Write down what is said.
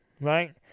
right